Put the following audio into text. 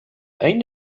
أين